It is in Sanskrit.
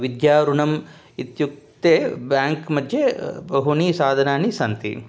विद्याऋणम् इत्युक्ते ब्याङ्क्मध्ये बहूनि साधनानि सन्ति